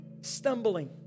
stumbling